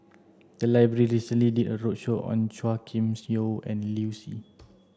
the library recently did a roadshow on Chua Kim Yeow and Liu Si